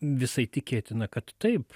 visai tikėtina kad taip